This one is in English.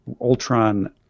Ultron